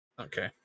okay